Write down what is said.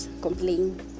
complain